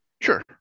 sure